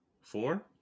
Four